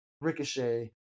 Ricochet